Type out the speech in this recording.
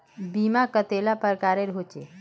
बीमा कतेला प्रकारेर होचे?